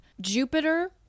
Jupiter